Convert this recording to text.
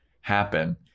happen